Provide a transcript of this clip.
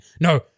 no